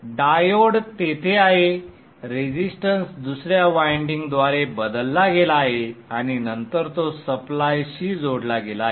diode तेथे आहे resistance दुसऱ्या वायंडिंग द्वारे बदलला गेला आहे आणि नंतर तो सप्लाय शी जोडला गेला आहे